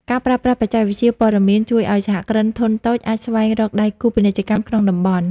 ការប្រើប្រាស់បច្ចេកវិទ្យាព័ត៌មានជួយឱ្យសហគ្រាសធុនតូចអាចស្វែងរកដៃគូពាណិជ្ជកម្មក្នុងតំបន់។